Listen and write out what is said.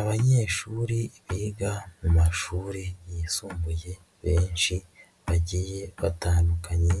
Abanyeshuri biga mu mashuri yisumbuye benshi bagiye batandukanye,